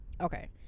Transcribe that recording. okay